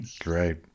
Great